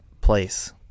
place